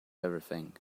everything